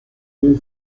deux